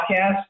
podcast